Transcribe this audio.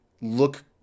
look